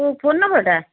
କେଉଁ ଫୋନ୍ ନମ୍ବର୍ଟା